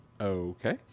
Okay